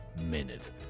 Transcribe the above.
minute